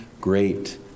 great